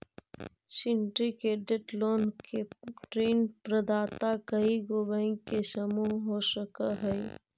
syndicated loan में ऋण प्रदाता कइएगो बैंक के समूह हो सकऽ हई